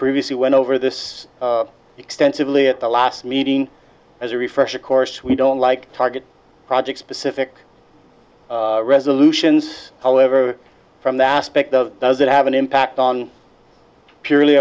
previously went over this extensively at the last meeting as a refresher course we don't like target projects specific resolutions however from the aspect of does it have an impact on purely